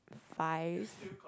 five